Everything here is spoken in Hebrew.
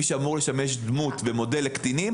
מי שאמור לשמש דמות ומודל לקטינים,